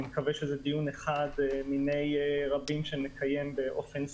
אני מקווה שזה דיון אחד מיני רבים שנקיים באופן סיסטמתי.